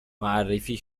معرفی